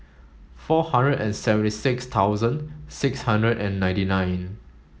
four hundred and seventy six thousand six hundred and ninety nine